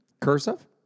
Cursive